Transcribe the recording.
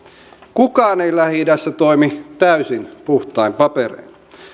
kukaan ei lähi idässä toimi täysin puhtain paperein